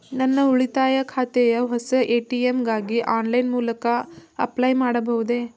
ನನ್ನ ಉಳಿತಾಯ ಖಾತೆಯ ಹೊಸ ಎ.ಟಿ.ಎಂ ಗಾಗಿ ಆನ್ಲೈನ್ ಮೂಲಕ ಅಪ್ಲೈ ಮಾಡಬಹುದೇ?